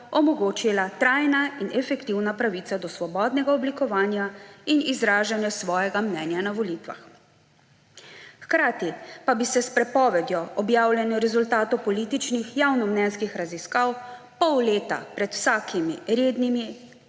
omogočila trajna in efektivna pravica do svobodnega oblikovanja in izražanja svojega mnenja na volitvah. Hkrati pa bi se s prepovedjo objavljanja rezultatov političnih javnomnenjskih raziskav pol leta pred vsakimi rednimi